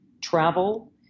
travel